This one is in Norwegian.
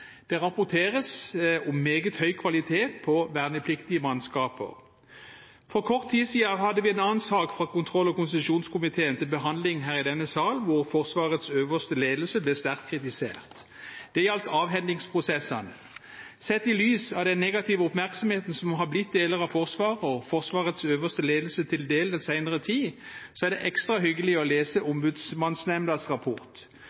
Det rapporteres om meget høy kvalitet på vernepliktige mannskaper. For kort tid siden hadde vi en annen sak fra kontroll- og konstitusjonskomiteen til behandling her i denne sal hvor Forsvarets øverste ledelse ble sterkt kritisert. Det gjaldt avhendingsprosessene. Sett i lys av den negative oppmerksomheten som har blitt deler av Forsvaret og Forsvarets øverste ledelse til del den senere tid, er det ekstra hyggelig å lese Ombudsmannsnemndas rapport.